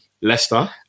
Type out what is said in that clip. Leicester